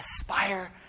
aspire